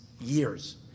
years